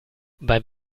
beim